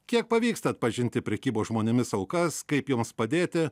kiek pavyksta atpažinti prekybos žmonėmis aukas kaip joms padėti